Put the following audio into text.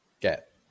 get